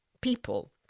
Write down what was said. people